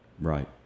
Right